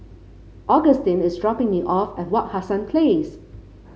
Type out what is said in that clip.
Agustin is dropping me off at Wak Hassan Place